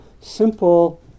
simple